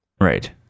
Right